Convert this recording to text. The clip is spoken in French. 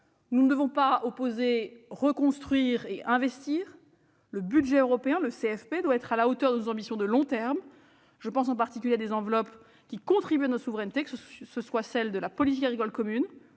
Nous ne devons pas opposer reconstruire et investir. Le budget européen et le cadre financier pluriannuel, ou CFP, doivent être à la hauteur des ambitions de long terme. Je pense en particulier à des enveloppes qui contribuent à notre souveraineté, telles que celle de la politique agricole commune